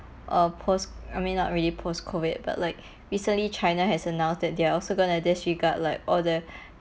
uh post I mean not really post COVID but like recently china has announced that they're also gonna disregard like all the